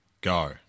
Go